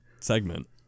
segment